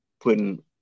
putting